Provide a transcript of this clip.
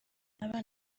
abana